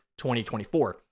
2024